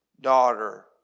daughter